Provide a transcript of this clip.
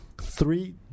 three